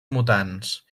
mutants